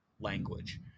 language